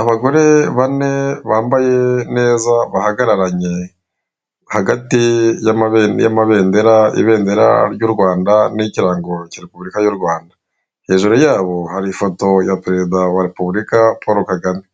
Abagore bane bambaye neza bahagararanye hagati y'amabendera, ibendera ry'u Rwanda n'ikirango cya Repubulika y'u Rwanda. Hejuru yabo hari ifoto ya Perezida wa Repubulika Paul Kagame.